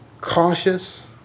cautious